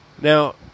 Now